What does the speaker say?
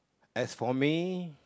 as for me